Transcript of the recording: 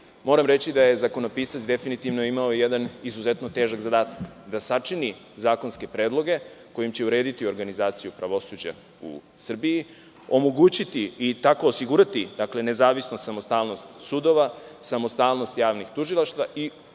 moram reći da je zakonopisac definitivno imao težak zadatak da sačini zakonske predloge kojim će urediti organizaciju pravosuđa u Srbiji, omogućiti i tako osigurati nezavisnost, samostalnost sudova, samostalnost javnih tužilaštava i osigurati